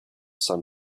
sun